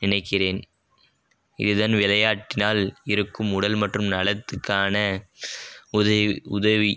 நினைக்கிறேன் இதுதான் விளையாட்டினால் இருக்கும் உடல் மற்றும் நலத்திற்கான உத உதவி